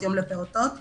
יום לפעוטות